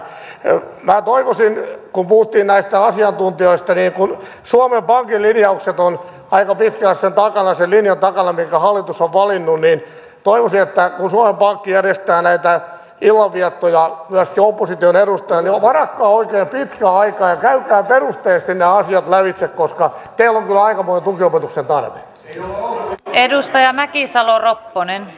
minä toivoisin kun puhuttiin näistä asiantuntijoista kun suomen pankin linjaukset ovat aika pitkälle sen linjan takana minkä hallitus on valinnut että kun suomen pankki järjestää näitä illanviettoja myöskin opposition edustajille niin varatkaa oikein pitkä aika ja käykää perusteellisesti nämä asiat lävitse koska teillä on kyllä aikamoinen tukiopetuksen tarve